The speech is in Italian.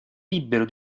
libero